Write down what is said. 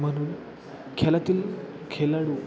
म्हणून खेळातील खेळाडू